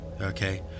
okay